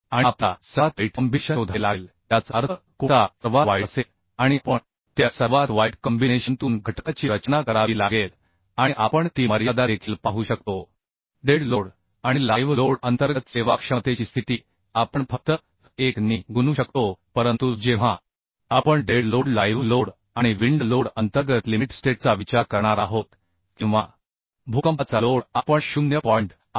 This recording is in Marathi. आणि आपल्याला सर्वात वाईट कॉम्बिनेशन शोधावे लागेल ज्याचा अर्थ कोणता सर्वात वाईट असेल आणि आपण त्या सर्वात वाईट कॉम्बिनेशनतून घटकाची रचना करावी लागेल आणि आपण ती मर्यादा देखील पाहू शकतो डेड लोड आणि लाइव्ह लोड अंतर्गत सेवाक्षमतेची स्थिती आपण फक्त 1 नी गुनू शकतो परंतु जेव्हा आपण डेड लोड लाइव्ह लोड आणि विंड लोड अंतर्गत लिमिट स्टेट चा विचार करणार आहोत किंवा भूकंपाचा लोड आपण 0